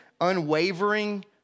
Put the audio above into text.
unwavering